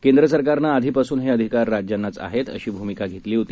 केंद्र सरकारनं आधीपासून हे अधिकार राज्यांनाच आहेत अशी भूमिका घेतली होती